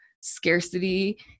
scarcity